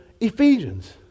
Ephesians